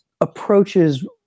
approaches